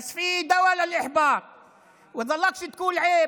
(מי ששומע יחשוב שלמדתם באותה כיתה וששיחקתם ביחד גולות.